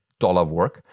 DollarWork